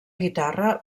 guitarra